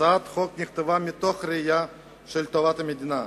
הצעת החוק נכתבה מתוך ראייה של טובת המדינה.